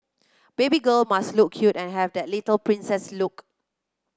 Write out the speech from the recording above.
baby girl must look cute and have that little princess look